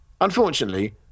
Unfortunately